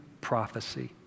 prophecy